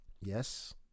Yes